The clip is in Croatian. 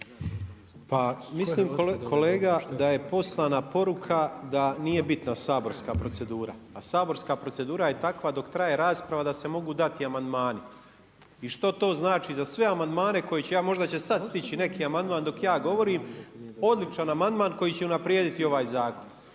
Pa mislim kolega da je poslana poruka da nije bitna saborska procedura, a saborska procedura je takva dok traje rasprava da se mogu dati amandmani. I što to znači za sve amandmane koje ću ja, možda će sad stići neki amandman, dok ja govorim. Odličan amandman koji će unaprijediti ovaj zakon.